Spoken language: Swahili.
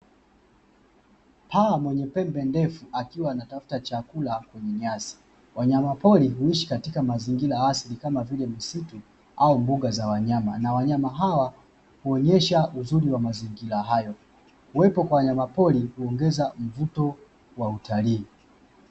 Paa mwenye pembe ndefu akiwa anatafuta chakula kwenye nyasi, wanyama pori huishi katika mazingira ya asili kama vile misitu au mbuga za wanyama, na wanyama hawa kuonyesha uzuri wa mazingira hayo kuwepo kwa wanyamapori huongeza mvuto wa utalii.